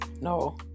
No